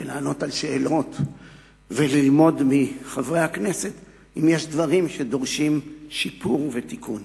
לענות על שאלות וללמוד מחברי הכנסת אם יש דברים שדורשים שיפור ותיקון.